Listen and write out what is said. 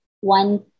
one